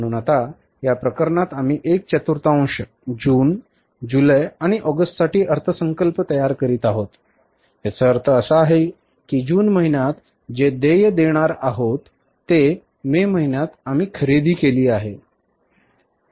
म्हणून आता या प्रकरणात आम्ही 1 चतुर्थांश जून जुलै आणि ऑगस्टसाठी अर्थसंकल्प तयार करीत आहोत याचा अर्थ असा आहे की जून महिन्यात जे देय देणार आहोत आहोत ते मे महिन्यात आम्ही खरेदी केली आहे स्पष्ट आहे